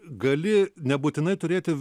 gali nebūtinai turėti